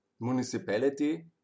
municipality